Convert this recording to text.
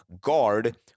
guard